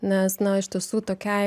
nes na iš tiesų tokiai